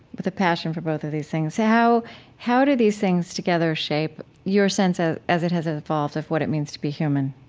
with a passion for both of these things. how how did these things together shape your sense ah as it has evolved of what it means to be human?